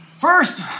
First